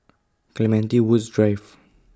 Clementi Woods Drive